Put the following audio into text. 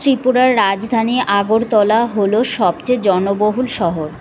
ত্রিপুরার রাজধানী আগরতলা হলো সবচেয়ে জনবহুল শহর